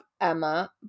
Emma